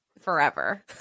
forever